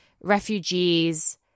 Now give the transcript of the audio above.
refugees